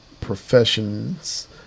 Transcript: professions